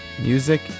Music